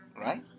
right